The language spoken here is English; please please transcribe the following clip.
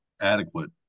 adequate